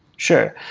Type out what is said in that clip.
sure.